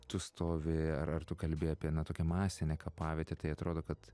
tu stovi ar ar tu kalbi apie tokią masinę kapavietę tai atrodo kad